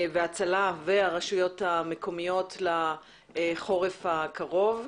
ההצלה והרשויות המקומיות לחורף הקרוב.